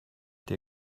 dir